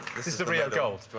this is the rio gold.